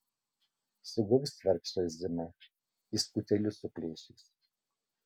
sugaus vargšą zimą į skutelius suplėšys